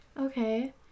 okay